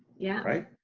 yeah. right?